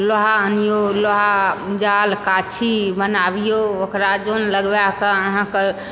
लोहा आनिऔ लोहा जाल काछी बनाबिऔ ओकरा जन लगबैकऽ आहाँक नहि यऽ